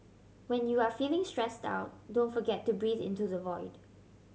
when you are feeling stressed out don't forget to breathe into the void